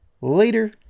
later